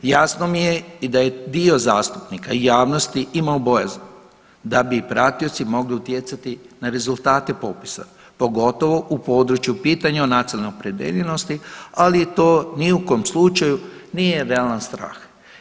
Jasno mi je i da je dio zastupnika i javnosti imao bojazan da bi pratioci mogli utjecati na rezultate popisa pogotovo u području pitanja o nacionalnoj opredijeljenosti ali to ni u kom slučaju nije realan strah.